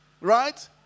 right